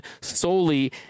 solely